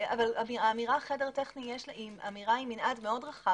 האמירה חדר טכני היא עם מנעד מאוד רחב.